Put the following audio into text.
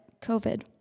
COVID